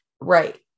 Right